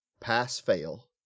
pass-fail